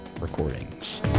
Recordings